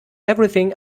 everything